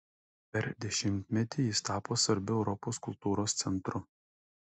per dešimtmetį jis tapo svarbiu europos kultūros centru